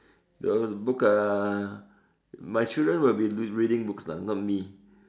those books uh my children will be reading books lah not me